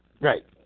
Right